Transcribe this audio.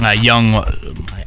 young